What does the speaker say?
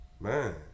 man